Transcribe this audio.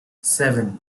seven